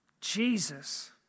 Jesus